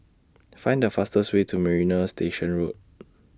Find The fastest Way to Marina Station Road